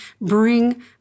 bring